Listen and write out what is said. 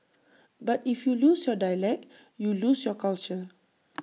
but if you lose your dialect you lose your culture